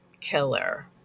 Killer